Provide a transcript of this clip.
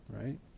right